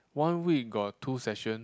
one week got two session